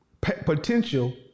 potential